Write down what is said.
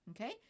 okay